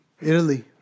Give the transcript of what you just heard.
Italy